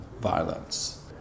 violence